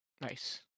Nice